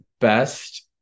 best